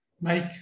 make